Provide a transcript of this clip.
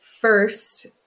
First